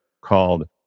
called